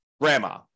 grandma